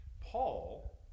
Paul